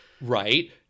Right